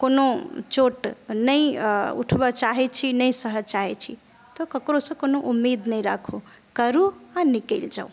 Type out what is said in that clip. कोनो चोट नहि उठबऽ चाहै छी नहि सहऽ चाहै छी तऽ ककरोसँ कोनो उम्मीद नहि राखू करूँ आ निकलि जाऊ